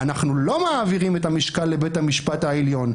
אנחנו לא מעבירים את המשקל לבית המשפט העליון.